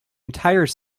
entire